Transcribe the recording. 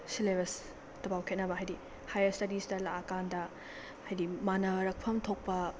ꯁꯦꯂꯦꯕꯁꯇ ꯐꯥꯎꯕ ꯈꯦꯠꯅꯕ ꯍꯥꯏꯗꯤ ꯍꯥꯏꯌꯔ ꯏꯁꯇꯗꯤꯁꯇ ꯂꯥꯛꯑꯀꯥꯟꯗ ꯍꯥꯏꯗꯤ ꯃꯥꯟꯅꯔꯛꯐꯝ ꯊꯣꯛꯄ